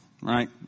right